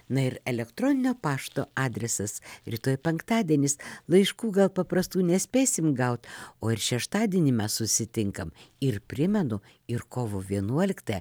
na ir elektroninio pašto adresas rytoj penktadienis laiškų gal paprastų nespėsim gaut o ir šeštadienį mes susitinkam ir primenu ir kovo vienuoliktąją